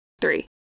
Three